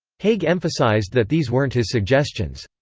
haig emphasized that these weren't his suggestions.